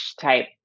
type